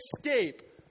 escape